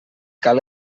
cal